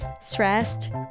stressed